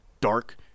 dark